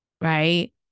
Right